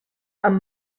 amb